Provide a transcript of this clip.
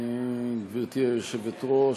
גברתי היושבת-ראש.